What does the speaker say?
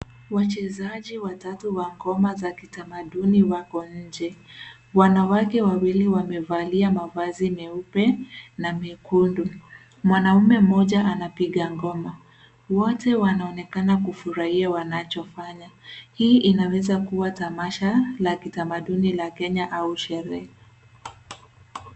Wachezaji watatu wa ngoma za kitamaduni wako nje. Wanawake wawili wamevalia mavazi meupe na mekundu. Mwanaume mmoja Anapigia ngoma. Wote wanaonekana kufurahia wanachofanya. Hii inaweza kuwa tamasha la kitamaduni ya Kenya au sherehe.